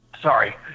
Sorry